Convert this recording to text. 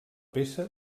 peça